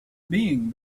being